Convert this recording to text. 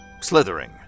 Slithering